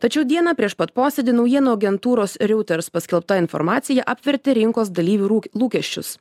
tačiau dieną prieš pat posėdį naujienų agentūros riūters paskelbta informacija apvertė rinkos dalyvių rū lūkesčius